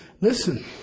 listen